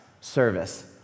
service